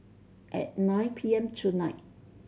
at nine P M tonight